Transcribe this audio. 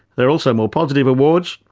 there are also more positive awards,